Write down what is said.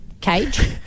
cage